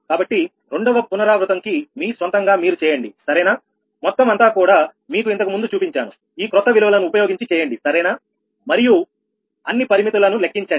కాబట్టి రెండవ పునరావృతం కి మీ సొంత గా మీరు చేయండి సరేనా మొత్తం అంతా కూడా మీకు ఇంతకు ముందు చూపించాను ఈ క్రొత్త విలువలను ఉపయోగించి చేయండి సరేనా మరియు అన్ని పరిమితులను లెక్కించండి